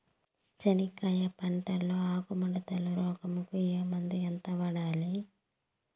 చెనక్కాయ పంట లో ఆకు ముడత రోగం కు ఏ మందు ఎంత వాడాలి?